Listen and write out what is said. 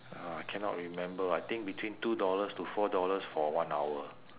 oh I cannot remember I think between two dollars to four dollars for one hour